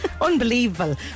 Unbelievable